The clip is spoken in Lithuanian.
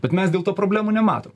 bet mes dėl to problemų nemato